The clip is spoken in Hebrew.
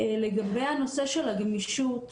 לגבי הנושא של הגמישות,